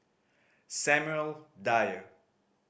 Samuel Dyer